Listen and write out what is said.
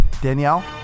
Danielle